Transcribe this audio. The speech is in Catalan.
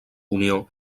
unió